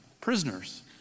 Prisoners